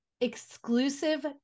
exclusive